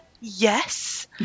yes